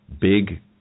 big